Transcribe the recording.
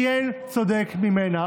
כי אין צודק ממנה.